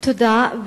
תודה.